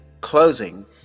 closing